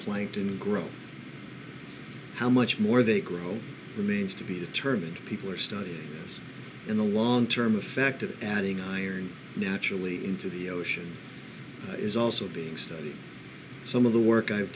plankton grow how much more they grow remains to be determined people are studied in the long term effect of adding iron naturally into the ocean is also being studied some of the work i've